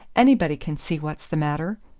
anybody can see what's the matter!